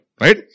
right